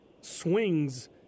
swings